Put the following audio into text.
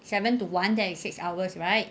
seven to one that is six hours right